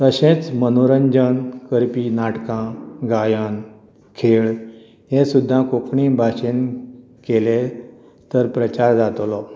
तशेंच मनोरंजन करपी नाटकां गायन खेळ हे सुद्दां कोंकणी भाशेंत केलें तर प्रचार जातलो